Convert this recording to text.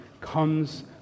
comes